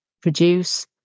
produce